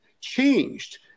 changed